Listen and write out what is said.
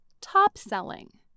top-selling